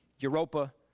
europa,